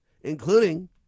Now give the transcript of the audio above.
including